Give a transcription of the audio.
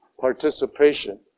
participation